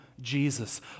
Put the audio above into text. Jesus